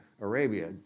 Arabia